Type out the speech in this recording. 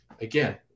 again